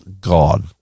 God